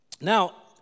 Now